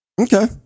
okay